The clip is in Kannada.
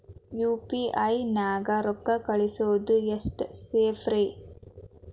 ಯು.ಪಿ.ಐ ನ್ಯಾಗ ರೊಕ್ಕ ಕಳಿಸೋದು ಎಷ್ಟ ಸೇಫ್ ರೇ?